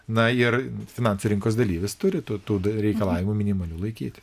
na ir finansų rinkos dalyvis turi tų tų reikalavimų minimalių laikytis